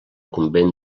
convent